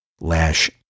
lash